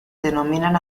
denominan